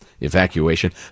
evacuation